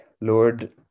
Lord